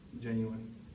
Genuine